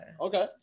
Okay